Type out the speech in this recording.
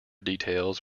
details